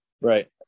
Right